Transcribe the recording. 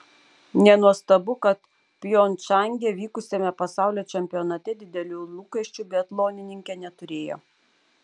nenuostabu kad pjongčange vykusiame pasaulio čempionate didelių lūkesčių biatlonininkė neturėjo